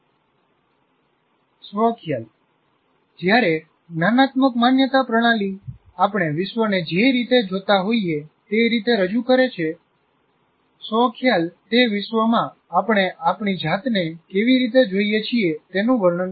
સ્વ ખ્યાલ જ્યારે જ્ઞાનાત્મક માન્યતા પ્રણાલી આપણે વિશ્વને જે રીતે જોતા હોઈએ તે રીતે રજૂ કરે છે સ્વ ખ્યાલ તે વિશ્વમાં આપણે આપણી જાતને કેવી રીતે જોઈએ છીએ તેનું વર્ણન કરે છે